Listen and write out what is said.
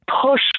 push